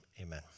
amen